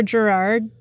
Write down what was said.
Gerard